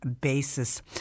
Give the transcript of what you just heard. basis